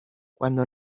cuando